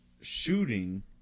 shooting